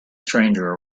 stranger